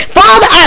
father